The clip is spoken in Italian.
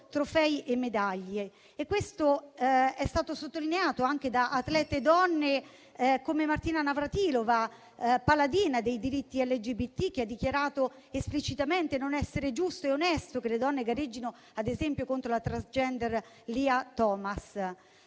trofei e medaglie. Questo è stato sottolineato anche da atlete donne come Martina Navratilova, paladina dei diritti LGBT, che ha dichiarato esplicitamente non essere giusto e onesto che le donne gareggino, ad esempio, contro la *transgender* Lia Thomas.